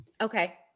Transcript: Okay